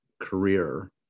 career